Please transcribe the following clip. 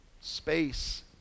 space